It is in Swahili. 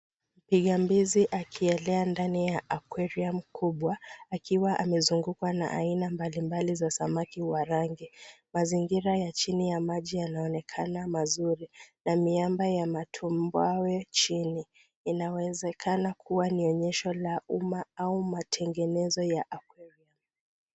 Mpigambizi akielea ndani ya aquarium kubwa akiwa amezungukwa na aina mbalimbali za samaki wa rangi. Mazingira ya chini ya maji yanaonekana mazuri na miamba ya matumbawe chini. Inawezekana kuwa ni onyesho la umma au matengenezo ya aquarium .